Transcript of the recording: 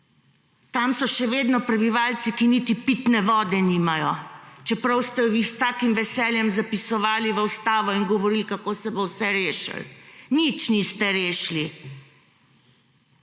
Tam so še vedno prebivalci, ki niti pitne vode nimajo, čeprav ste jo vi s takim veseljem zapisovali v ustavo in govorili, kako se bo vse rešilo. Nič niste rešili.